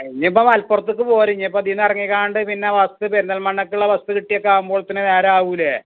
അ ഇനിക്കിപ്പം മലപ്പുർത്തേക്ക് പോര് ഇനിയിപ്പം അതീന്നെറങ്ങികാണ്ട് പിന്നെ ബെസ്സ് പെരിന്തൽമണ്ണയ്ക്കുള്ള ബെസ്സ് കിട്ടിയക്കെ ആകുമ്പോൾത്തെന് നേരാവൂലെ